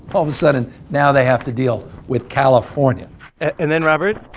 all the sudden, now they have to deal with california and then, robert,